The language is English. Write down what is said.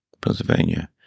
Pennsylvania